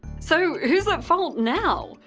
so, who's at fault now?